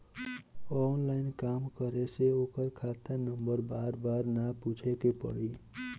online काम करे से ओकर खाता नंबर बार बार ना पूछे के पड़ी